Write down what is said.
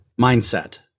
mindset